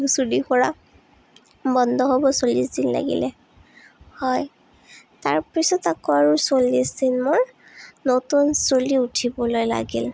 চুলি কৰা বন্ধ হ'ব চল্লিছ দিন লাগিলে হয় তাৰপিছত আকৌ আৰু চল্লিছ দিন মোৰ নতুন চুলি উঠিবলৈ লাগিল